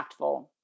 impactful